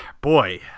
boy